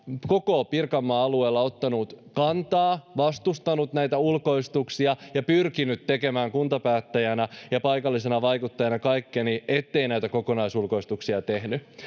koko pirkanmaan alueella ottanut kantaa vastustanut näitä ulkoistuksia ja pyrkinyt tekemään kuntapäättäjänä ja paikallisena vaikuttajana kaikkeni ettei näitä kokonaisulkoistuksia tehdä